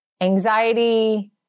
Anxiety